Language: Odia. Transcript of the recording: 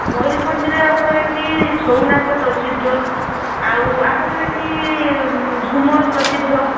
ମୟୂରଭଞ୍ଜରେ ଆମର ଏଇଠି ଛଉ ନାଚ ପ୍ରସିଦ୍ଧ ଆଉ ଆମର ଏଇଠି ଝୁମର ପ୍ରସିଦ୍ଧ